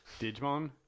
Digimon